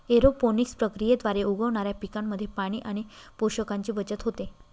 aeroponics प्रक्रियेद्वारे उगवणाऱ्या पिकांमध्ये पाणी आणि पोषकांची बचत होते